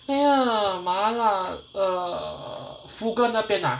!aiya! 麻辣 uh 那边 ah